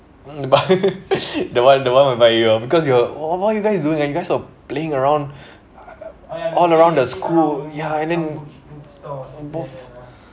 but the one the one whereby you because you're what what you guys doing you guys are playing around all around the school ya and then